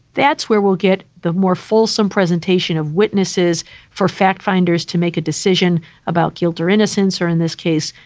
that's where we'll get the more fulsome presentation of witnesses for fact finders to make a decision about guilt or innocence or in this case,